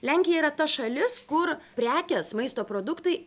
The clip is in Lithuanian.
lenkija yra ta šalis kur prekės maisto produktai